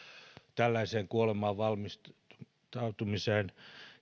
tällaiseen kuolemaan valmistautumiseen